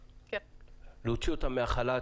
להוציא אותם מהחל"ת.